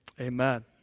Amen